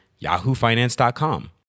yahoofinance.com